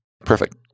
Perfect